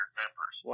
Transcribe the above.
members